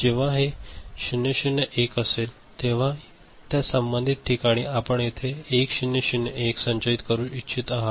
जेव्हा हे 0 0 0 असेल तेव्हा त्या संबंधित ठिकाणी आपण इथे 1 0 0 1 संचयित करू इच्छित आहात